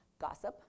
Gossip